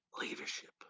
leadership